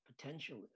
potential